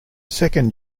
second